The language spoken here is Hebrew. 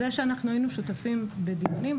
זה שאנחנו היינו שותפים בדיונים,